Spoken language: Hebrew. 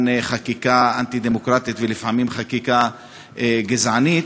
חקיקה אנטי-דמוקרטית ולפעמים חקיקה גזענית,